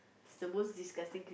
is the most disgusting